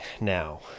now